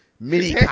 Mini